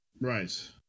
Right